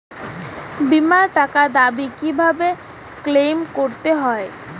বিমার টাকার দাবি কিভাবে ক্লেইম করতে হয়?